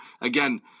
Again